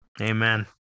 Amen